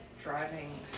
driving